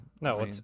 No